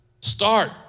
Start